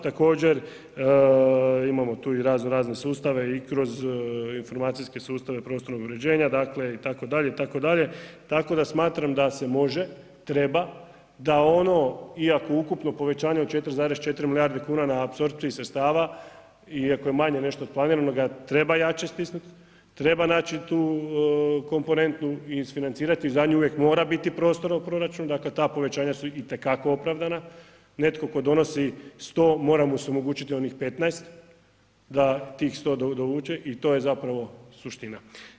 Također imamo tu i raznorazne sustave i kroz informacijske sustave prostornog uređenja, dakle itd., itd., tako da smatram da se može, treba, da ono iako ukupno povećanje od 4,4 milijarde kuna na apsorpciji sredstava iako je manje nešto od planiranoga, treba jače stisnuti, treba naći tu komponentu i isfinancirati, za nju uvijek mora biti prostora u proračunu, dakle ta povećanja su itekako opravdana, netko tko donosi 100, mora mu se omogućiti i onih 15, da tih 100 dovuče i to je zapravo suština.